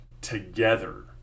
together